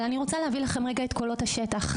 אבל אני רוצה להביא לכם את קולות השטח.